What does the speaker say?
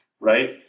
Right